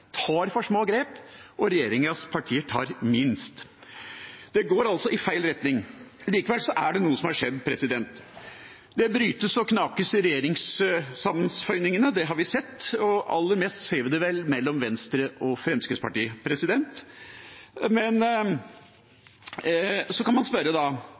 tar for små grep, og regjeringas partier tar minst. Det går altså i feil retning. Likevel er det noe som har skjedd. Det brytes og knakes i regjeringssammenføyningene, det har vi sett, og aller mest ser vi det vel mellom Venstre og Fremskrittspartiet. Men så kan man spørre da: